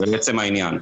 ולעצם העניין,